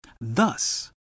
Thus